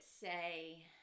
say